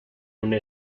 una